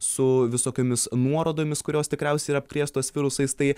su visokiomis nuorodomis kurios tikriausiai yra apkrėstos virusais tai